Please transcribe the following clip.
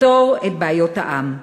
לפתור את בעיות העם.